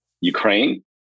Ukraine